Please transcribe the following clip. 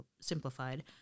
simplified